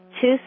two